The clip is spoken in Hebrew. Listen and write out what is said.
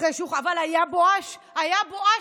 אבל היה בואש, היה בואש.